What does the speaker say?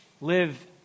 live